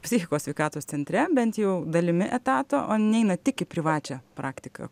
psichikos sveikatos centre bent jau dalimi etato o neinat tik į privačią praktiką